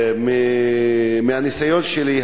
מהניסיון שלי,